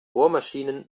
bohrmaschinen